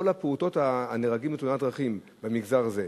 הפעוטות שנהרגו בתאונות דרכים במגזר הזה,